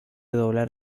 doblar